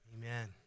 Amen